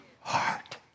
heart